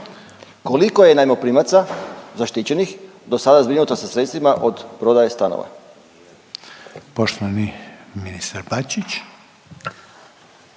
Koliko je najmoprimaca zaštićenih dosada zbrinuto sa sredstvima od prodaje stanova?